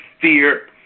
fear